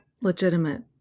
legitimate